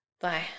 Bye